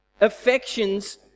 Affections